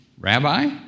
Rabbi